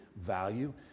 value